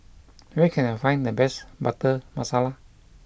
where can I find the best Butter Masala